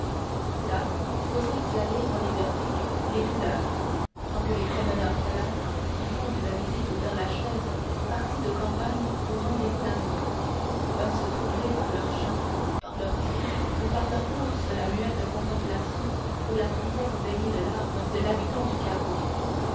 là pouvaient s'exhaler en liberté les douleurs sans que les promeneurs folâtres qui font d'une visite au père-lachaise partie de campagne ou rendez-vous d'amour vinssent troubler par leurs chants par leurs cris ou par leur course la muette contemplation ou la prière baignée de larmes de l'habitant du caveau